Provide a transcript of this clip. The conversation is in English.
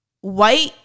white